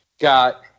got